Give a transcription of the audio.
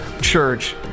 church